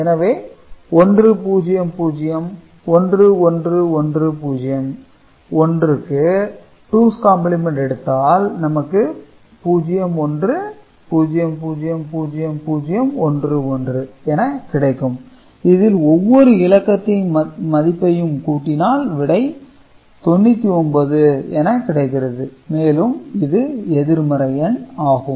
எனவே 1 0 0 1 1 1 0 1 க்கு two's complement எடுத்தால் நமக்கு 0 1 0 0 0 0 1 1 என கிடைக்கும் இதில் ஒவ்வொரு இலக்கத்தின் மதிப்பையும் கூட்டினால் விடை 99 என கிடைக்கிறது மேலும் இது எதிர்மறை எண் ஆகும்